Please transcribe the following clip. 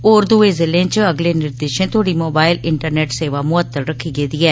होर दूए जिलें च अगले निर्देशें तोड़ी मोबाइल इंटरनेट सेवा मुअत्तल रक्खी गेदी ऐ